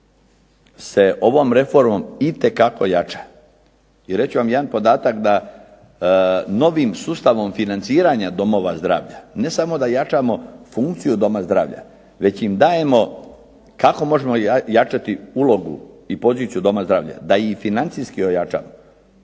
se ovom reformom itekako jača. I reći ću vam jedan podatak, da novim sustavom financiranja domova zdravlja ne samo da jačamo funkciju doma zdravlja već im dajemo, kako možemo jačati ulogu i poziciju doma zdravlja? Da ih i financijski ojačamo.